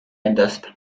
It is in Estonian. endast